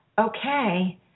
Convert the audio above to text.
okay